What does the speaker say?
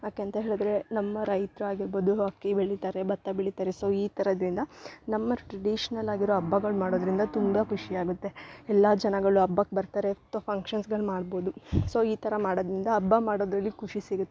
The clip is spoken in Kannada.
ಯಾಕೆ ಅಂತ ಹೇಳಿದ್ರೆ ನಮ್ಮ ರೈತ್ರು ಆಗಿರ್ಬೌದು ಅಕ್ಕಿ ಬೆಳಿತಾರೆ ಭತ್ತ ಬೆಳಿತಾರೆ ಸೊ ಈ ಥರದ್ರಿಂದ ನಮ್ಮ ಟ್ರಡಿಷನಲ್ ಆಗಿರೊ ಹಬ್ಬಗಳ್ ಮಾಡೋದ್ರಿಂದ ತುಂಬ ಖುಷಿ ಆಗುತ್ತೆ ಎಲ್ಲ ಜನಗಳು ಹಬ್ಬಕ್ ಬರ್ತಾರೆ ತೊ ಫಂಕ್ಷನ್ಸ್ಗಳು ಮಾಡ್ಬೌದು ಸೊ ಈ ಥರ ಮಾಡೋದಿಂದ ಹಬ್ಬ ಮಾಡೋದ್ರಲ್ಲಿ ಖುಷಿ ಸಿಗುತ್ತೆ